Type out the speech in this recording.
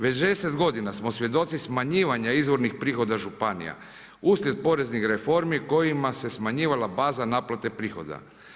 Već 10 godina smo svjedoci smanjivanja izvornih prihoda županija uslijed poreznih reformi kojima se smanjivala baza naplate prihoda.